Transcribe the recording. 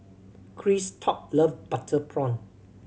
Christop love butter prawn